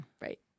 Right